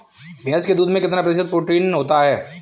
भैंस के दूध में कितना प्रतिशत प्रोटीन होता है?